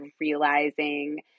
realizing